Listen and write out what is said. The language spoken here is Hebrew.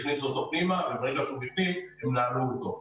הכניסו אותו פנימה ונעלו אותו.